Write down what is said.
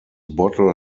bottle